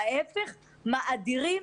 ההיפך מאדירים,